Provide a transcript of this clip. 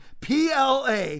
PLA